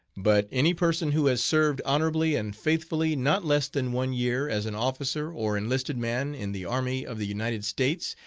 but any person who has served honorably and faithfully not less than one year as an officer or enlisted man in the army of the united states,